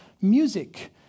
music